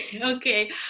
okay